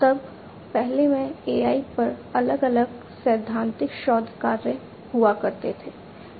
तब पहले में AI पर अलग अलग सैद्धांतिक शोध कार्य हुआ करते थे